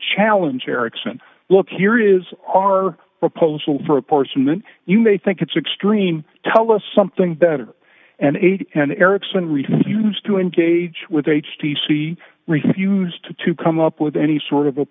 challenge ericsson look here is our proposal for a parson when you may think it's extreme tell us something better and eight and ericsson refuse to engage with h t c refused to come up with any sort of